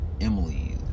emily